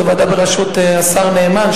שוועדה בראשות השר נאמן,